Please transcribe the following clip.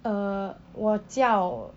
err 我叫